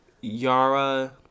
Yara